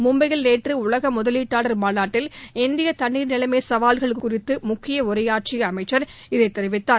மும்பையில் நேற்று உலக முதலீட்டாளர் மாநாட்டில் இந்திய தண்ணீர் நிலைமை சவால்கள் என்பது குறித்து முக்கிய உரையாற்றிய அமைச்சர் இதை தெரிவித்தார்